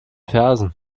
fersen